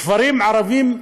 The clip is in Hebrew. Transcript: כפרים ערביים,